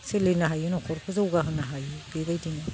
सोलिनो हायो न'खरखौ जौगा होनो हायो बेबायदिनो